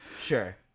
Sure